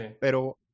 Pero